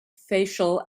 facial